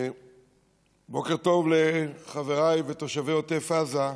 בוקר טוב לחבריי תושבי עוטף עזה.